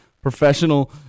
Professional